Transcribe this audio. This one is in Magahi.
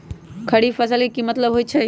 खरीफ फसल के की मतलब होइ छइ?